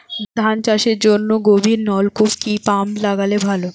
ধান চাষের জন্য গভিরনলকুপ কি পাম্প লাগালে ভালো?